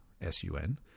S-U-N